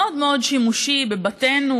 מאוד מאוד שימושי בבתינו,